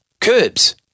curbs